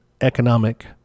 economic